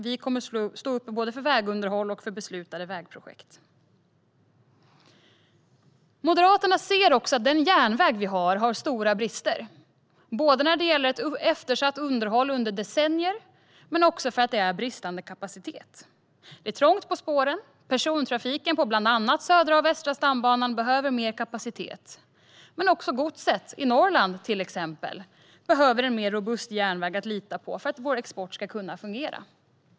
Vi kommer att stå upp för både vägunderhåll och beslutade vägprojekt. Moderaterna ser också att vår järnväg har stora brister: ett sedan decennier eftersatt underhåll och bristande kapacitet. Det är trångt på spåren. Persontrafiken på bland annat Södra och Västra stambanan behöver mer kapacitet. Men också godset i till exempel Norrland behöver en mer robust järnväg att lita på för att vår export ska fungera.